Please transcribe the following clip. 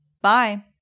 Bye